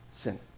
sin